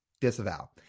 disavow